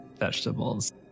vegetables